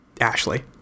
Ashley